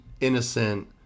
innocent